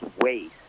waste